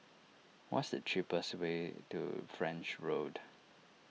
what is the cheapest way to French Road